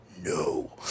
no